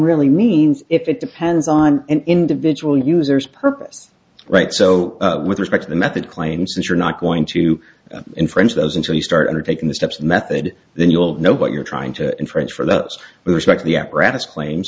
really means if it depends on an individual users purpose right so with respect to the method claim since you're not going to infringe those until you started taking the steps method then you'll know what you're trying to inference for those who respect the apparatus claims